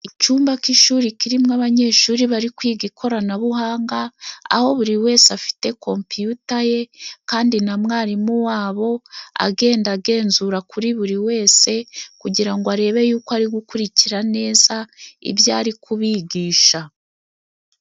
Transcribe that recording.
Icumba k'ishuri kirimo abanyeshuri bari kwiga ikoranabuhanga, aho buri wese afite kompiyuta ye, kandi na mwarimu wabo agenda agenzura kuri buri wese kugira ngo arebe yuko ari gukurikira neza ibyo ari kubigisha.